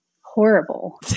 horrible